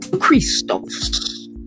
Christos